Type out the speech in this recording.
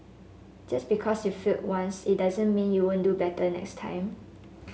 just because you failed once it doesn't mean you won't do better next time